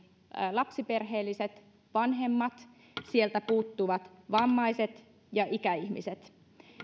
lapsiperheelliset vanhemmat ja sieltä puuttuvat vammaiset ja ikäihmiset